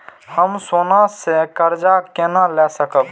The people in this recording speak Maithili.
हम सोना से कर्जा केना लाय सकब?